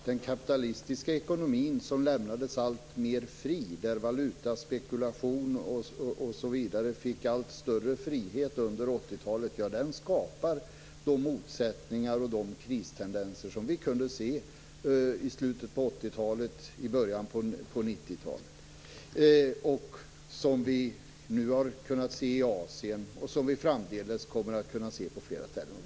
Fru talman! Det är ju så att den kapitalistiska ekonomin, som lämnades alltmer fri och där valutaspekulation osv. fick en allt större frihet under 80-talet, skapar de motsättningar och kristendenser som vi kunde se i slutet av 80-talet och början av 90-talet. Nu har vi också kunnat se dem i Asien, och framdeles kommer vi att kunna se dem på flera ställen.